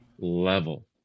level